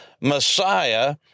Messiah